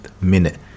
minute